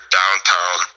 downtown